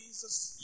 Jesus